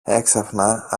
έξαφνα